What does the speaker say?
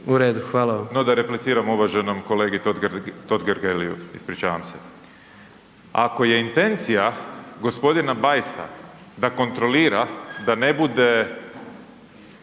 Peđa (SDP)** No, da repliciram uvaženom kolegi Totgergeliju, ispričavam se. Ako je intencija g. Bajsa da kontrolira da ne bude